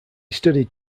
studied